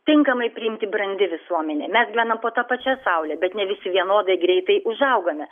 tinkamai priimti brandi visuomenė mes gyvenam po ta pačia saule bet ne visi vienodai greitai užaugame